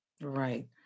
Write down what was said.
Right